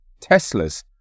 Teslas